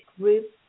group